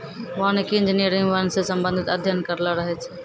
वानिकी इंजीनियर वन से संबंधित अध्ययन करलो रहै छै